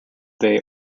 they